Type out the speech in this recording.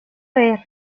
vez